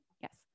Yes